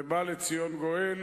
ובא לציון גואל.